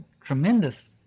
tremendous